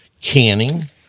canning